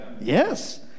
Yes